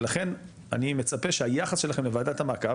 ולכן אני מצפה שהיחס שלכם לוועדת המעקב,